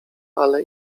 ale